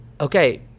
Okay